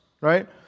right